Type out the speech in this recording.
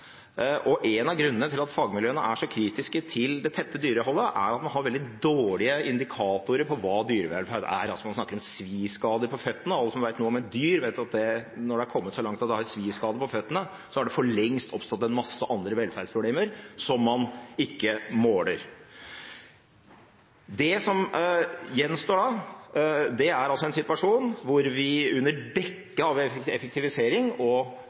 En av grunnene til at fagmiljøene er så kritiske til det tette dyreholdet, er at man har veldig dårlige indikatorer på hva dyrevelferd er. Man snakker om sviskader på føttene – alle som vet noe om et dyr, vet at når det er kommet så langt at det har sviskader på føttene, har det for lengst oppstått en masse andre velferdsproblemer som man ikke måler. Det som gjenstår da, er en situasjon hvor vi under dekke av effektivisering og